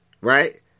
right